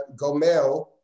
gomel